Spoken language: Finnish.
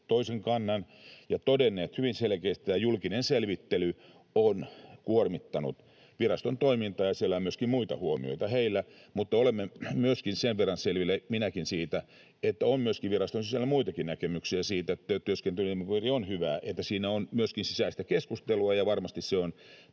toisen kannan ja todennut hyvin selkeästi, että tämä julkinen selvittely on kuormittanut viraston toimintaa, ja siellä on myöskin muita huomioita heillä, mutta olemme myöskin sen verran selvillä siitä, minäkin, että on viraston sisällä muitakin näkemyksiä, että työskentelyilmapiiri on hyvä, että siinä on myöskin sisäistä keskustelua, ja varmasti se on